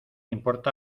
importa